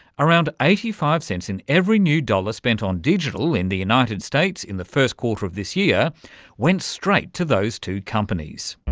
around eighty five c in every new dollar spent on digital in the united states in the first quarter of this year went straight to those two companies.